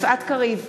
יפעת קריב,